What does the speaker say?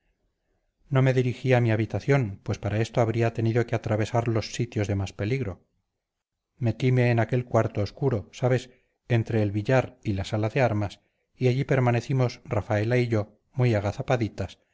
no me dirigí a mi habitación pues para esto habría tenido que atravesar los sitios de más peligro metime en aquel cuarto obscuro sabes entre el billar y la sala de armas y allí permanecimos rafaela y yo muy agazapaditas